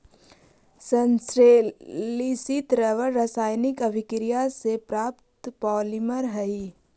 संश्लेषित रबर रासायनिक अभिक्रिया से प्राप्त पॉलिमर हइ